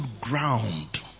ground